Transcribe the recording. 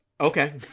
okay